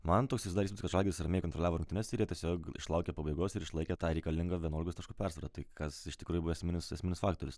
man toks susidarė įspūdis kad žalgiris ramiai kontroliavo rungtynes ir jie tiesiog išlaukė pabaigos ir išlaikė tą reikalingą vienuolikos taškų persvarą tai kas iš tikrųjų buvo esminis esminis faktorius